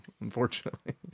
Unfortunately